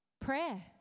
Prayer